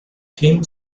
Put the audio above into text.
theme